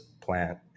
plant